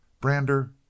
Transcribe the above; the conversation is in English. Brander